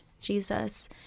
Jesus